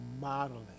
modeling